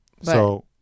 So-